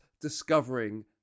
discovering